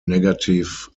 negative